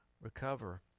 recover